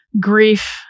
grief